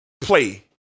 play